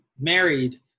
married